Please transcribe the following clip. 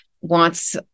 wants